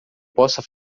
possa